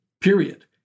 period